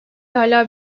hâlâ